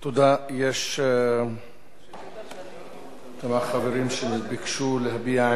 יש כמה חברים שביקשו להביע עמדה בנושא.